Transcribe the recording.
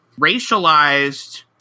racialized